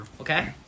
Okay